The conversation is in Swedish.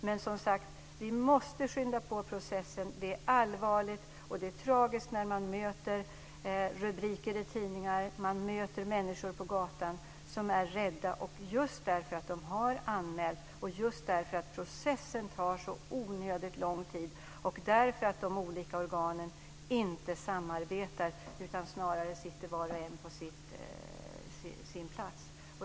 Men vi måste som sagt skynda på processen. Detta är allvarligt. Det är tragiskt när man möter rubriker i tidningar om detta och människor på gatan som är rädda just därför att de har anmält något och processen tar så onödigt lång tid eftersom de olika organen inte samarbetar, utan snarare sitter var och en på sin plats.